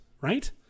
right